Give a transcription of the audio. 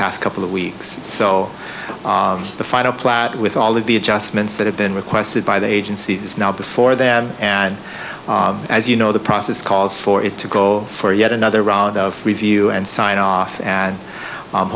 past couple of weeks so the final plat with all of the adjustments that have been requested by the agency is now before that and as you know the process calls for it to go for yet another round of review and sign off and